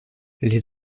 les